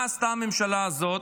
מה עשתה הממשלה הזאת?